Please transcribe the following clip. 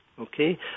okay